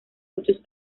muchos